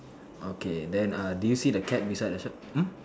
okay then uh did you see the cat beside the shop hmm